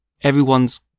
Everyone's